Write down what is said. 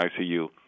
ICU